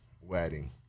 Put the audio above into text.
wedding